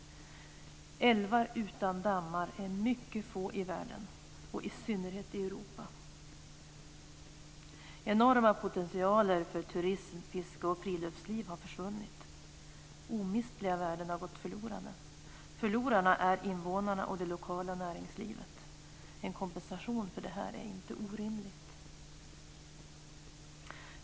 Det finns mycket få älvar utan dammar i världen, i synnerhet i Europa. Enorma potentialer för turism, fiske och friluftsliv har försvunnit. Omistliga värden har gått förlorade. Förlorarna är invånarna och det lokala näringslivet. En kompensation för detta är inte orimlig.